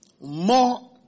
More